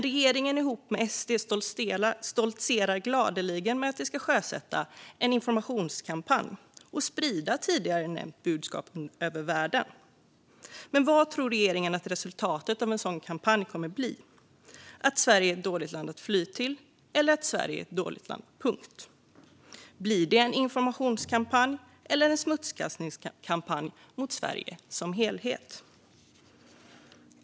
Regeringen ihop med SD stoltserar gladeligen med att de ska sjösätta en informationskampanj och sprida tidigare nämnt budskap över världen. Men jag undrar vad regeringen tror att resultatet av en sådan kampanj kommer att bli - att Sverige är ett dåligt land att fly till, eller att Sverige är ett dåligt land, punkt. Blir det en informationskampanj eller en smutskastning mot Sverige som helhet?